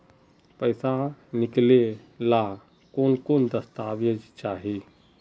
पैसा निकले ला कौन कौन दस्तावेज चाहिए?